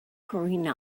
corrina